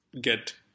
get